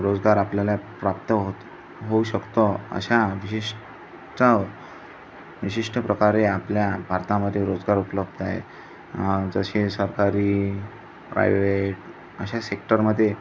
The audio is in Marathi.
रोजगार आपल्याला प्राप्त होत होऊ शकतो अशा विशिष्ट विशिष्ट प्रकारे आपल्या भारतामध्ये रोजगार उपलब्ध आहे जसे सरकारी प्रायवेहेट अशा सेक्टरमध्ये